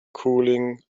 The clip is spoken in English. cooling